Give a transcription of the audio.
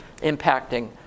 impacting